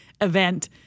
event